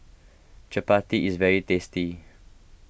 Chappati is very tasty